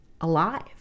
alive